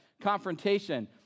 confrontation